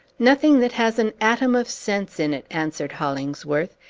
nothing that has an atom of sense in it, answered hollingsworth.